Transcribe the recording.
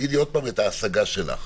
תגידי עוד פעם את ההסגה שלך.